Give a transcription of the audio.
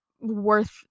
worth